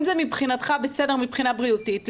אם זה מבחינתך בסדר מבחינה בריאותית,